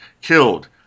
killed